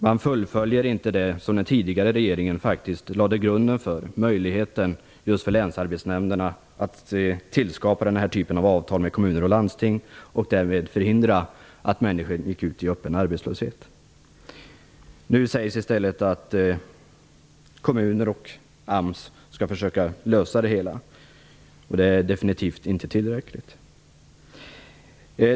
Man fullföljer inte det som den tidigare regeringen faktiskt lade grunden för - möjligheten just för länsarbetsnämnderna att tillskapa den här typen av avtal med kommuner och landsting och därmed förhindra att människor går ut i öppen arbetslöshet. Nu sägs det i stället att kommuner och AMS skall försöka lösa det hela, men det är definitivt inte tillräckligt.